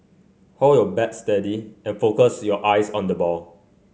hold your bat steady and focus your eyes on the ball